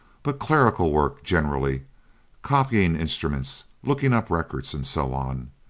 but clerical work generally copying instruments, looking up records, and so on.